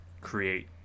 create